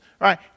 right